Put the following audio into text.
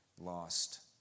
lost